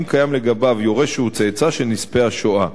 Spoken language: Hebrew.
אם קיים לגביו יורש שהוא צאצא של נספה השואה,